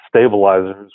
stabilizers